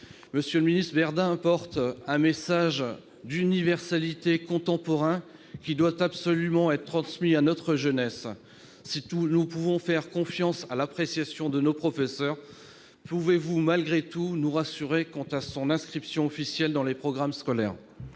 de le souligner. Verdun porte un message d'universalité contemporain, qui doit absolument être transmis à notre jeunesse. Si nous pouvons faire confiance à l'appréciation de nos professeurs, pouvez-vous malgré tout nous rassurer quant à son inscription officielle dans les programmes scolaires ?